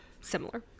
Similar